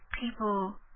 people